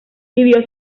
vivió